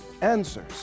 answers